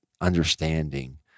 understanding